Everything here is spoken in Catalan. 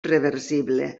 reversible